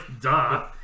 duh